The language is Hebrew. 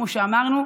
כמו שאמרנו,